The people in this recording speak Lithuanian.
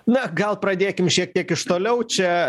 na gal pradėkim šiek tiek iš toliau čia